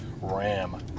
RAM